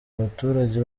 abaturage